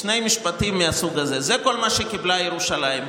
שני משפטים מהסוג הזה, זה כל מה שקיבלה ירושלים.